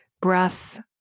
breath